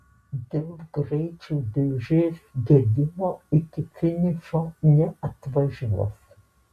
dėl greičių dėžės gedimo iki finišo neatvažiuos